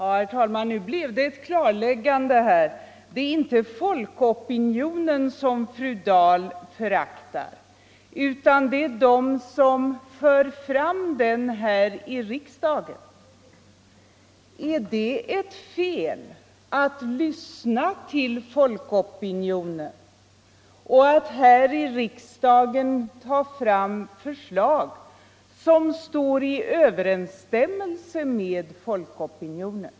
Herr talman! Nu blev det ett klarläggande! Det är inte folkopinionen som fru Dahl föraktar, utan det är dem som för fram den här i riksdagen. Är det fel att lyssna till folkopinionen och att här i riksdagen föra fram förslag som står i överensstämmelse med folkopinionen?